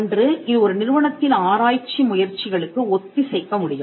ஒன்று இது ஒரு நிறுவனத்தின் ஆராய்ச்சி முயற்சிகளுக்கு ஒத்திசைக்க முடியும்